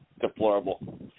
deplorable